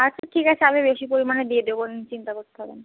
আচ্ছা ঠিক আছে আমি বেশি পরিমাণে দিয়ে দেবো ও নিয়ে চিন্তা করতে হবে না